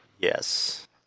Yes